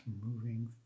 moving